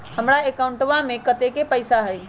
हमार अकाउंटवा में कतेइक पैसा हई?